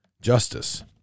justice